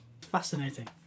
Fascinating